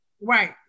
Right